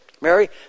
Mary